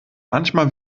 manchmal